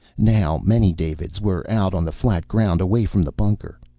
now many davids were out on the flat ground, away from the bunker.